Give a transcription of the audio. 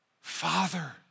Father